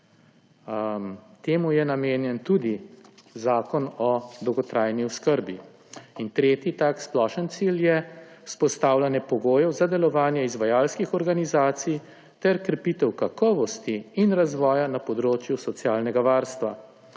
Temu je namenjen tudi Zakon o dolgotrajni oskrbi. Tretji tak splošen cilj je vzpostavljanje pogojev za delovanje izvajalskih organizacij ter krepitev kakovosti in razvoja na področju socialnega varstva.